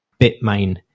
Bitmain